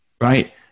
Right